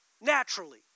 naturally